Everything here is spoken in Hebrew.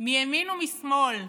מימין ומשמאל,